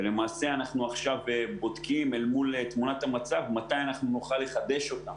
ולמעשה אנחנו עכשיו בודקים אל מול תמונת המצב מתי נוכל לחדש אותם.